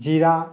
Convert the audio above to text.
জীৰা